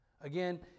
Again